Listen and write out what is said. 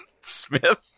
Smith